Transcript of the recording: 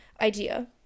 idea